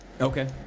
Okay